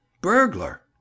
burglar